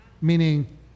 meaning